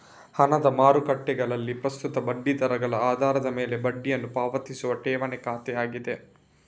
ಹಣದ ಮಾರುಕಟ್ಟೆಗಳಲ್ಲಿ ಪ್ರಸ್ತುತ ಬಡ್ಡಿ ದರಗಳ ಆಧಾರದ ಮೇಲೆ ಬಡ್ಡಿಯನ್ನು ಪಾವತಿಸುವ ಠೇವಣಿ ಖಾತೆಯಾಗಿದೆ